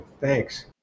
Thanks